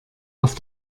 auf